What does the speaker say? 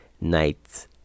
night